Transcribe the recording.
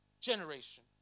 generation